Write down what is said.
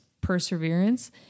perseverance